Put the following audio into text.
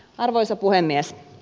arvoisa puhemies